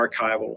archival